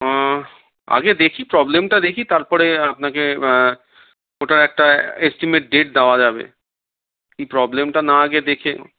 আগে দেখি প্রবলেমটা দেখি তারপরে আপনাকে ওটার একটা এস্টিমেট ডেট দেওয়া যাবে কি প্রবলেমটা না আগে দেখে